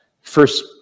First